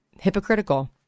hypocritical